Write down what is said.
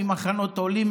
ממחנות עולים,